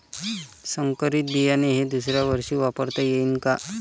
संकरीत बियाणे हे दुसऱ्यावर्षी वापरता येईन का?